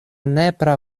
nepra